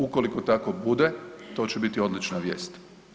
Ukoliko tako bude to će biti odlična vijest.